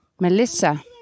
Melissa